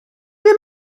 ddim